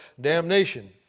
damnation